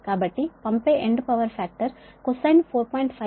కాబట్టి పంపే end power factor cosine 4